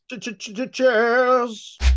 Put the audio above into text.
Cheers